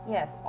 Yes